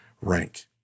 rank